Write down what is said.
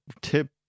tip